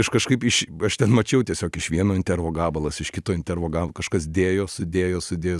iš kažkaip iš ten mačiau tiesiog iš vieno intervo gabalas iš kito intervo ga kažkas dėjo sudėjo sudėjo